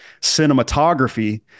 cinematography